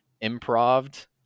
improved